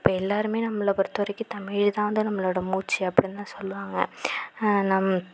இப்போ எல்லாருமே நம்மளை பொறுத்த வரைக்கும் தமிழ் தான் வந்து நம்மளோட மூச்சு அப்படினு தான் சொல்லுவாங்க நம்